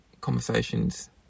Conversations